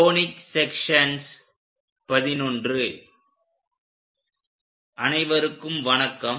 conic sections XI அனைவருக்கும் வணக்கம்